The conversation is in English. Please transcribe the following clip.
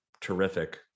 terrific